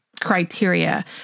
criteria